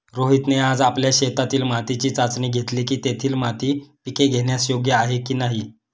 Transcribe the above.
रोहितने आज आपल्या शेतातील मातीची चाचणी घेतली की, तेथील माती पिके घेण्यास योग्य आहे की नाही